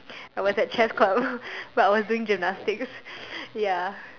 I was at chess club but I was doing gymnastics ya